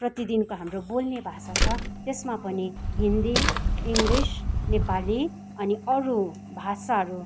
प्रतिदिनको हाम्रो बोल्ने भाषा छ त्यसमा पनि हिन्दी इङ्ग्लिस नेपाली अनि अरू भाषाहरू